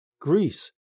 Greece